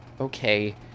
Okay